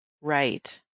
Right